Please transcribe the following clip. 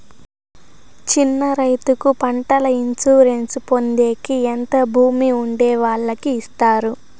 చిన్న రైతుకు పంటల ఇన్సూరెన్సు పొందేకి ఎంత భూమి ఉండే వాళ్ళకి ఇస్తారు?